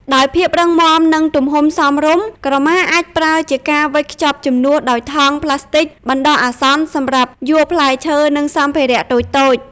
ដោយភាពរឹងមាំ និងទំហំសមរម្យ ក្រមាអាចប្រើជាកាវិចខ្ចប់ជំនួសដោយថង់ផ្លាស្ទិចបណ្តោះអាសន្នសម្រាប់យួរផ្លែឈើ ឬសម្ភារៈតូចៗ។